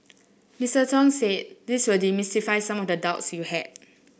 Mister Tong said this will demystify some of the doubts you had